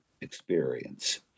experience